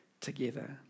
together